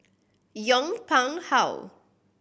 Yong Pung How